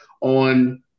on